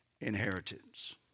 inheritance